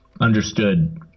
understood